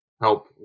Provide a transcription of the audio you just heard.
help